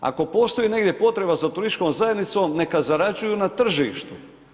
Ako postoji negdje potreba za turističkom zajednicom, neka zarađuju na tržištu.